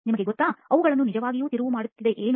ನಿಮಗೆ ಗೊತ್ತಾ ಅವುಗಳನ್ನು ನಿಜವಾಗಿಯೂ ತಿರುವು ಮಾಡುತ್ತದೆ ಏನು